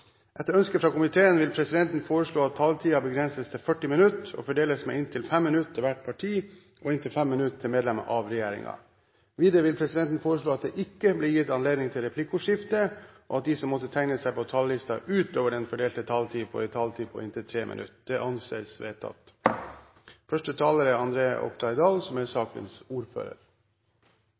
Etter ønske fra justiskomiteen vil presidenten foreslå at taletiden begrenses til 40 minutter og fordeles med inntil 5 minutter til hvert parti og inntil 5 minutter til medlem av regjeringen. Videre vil presidenten foreslå at det ikke blir gitt anledning til replikkordskifte, og at de som måtte tegne seg på talerlisten utover den fordelte taletid, får en taletid på inntil 3 minutter. – Det anses vedtatt.